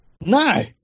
no